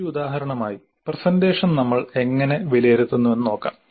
ഒരു ഉദാഹരണമായി പ്രസന്റേഷൻ നമ്മൾ എങ്ങനെ വിലയിരുത്തുന്നുവെന്ന് നോക്കാം